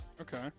Okay